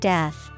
Death